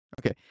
Okay